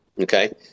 okay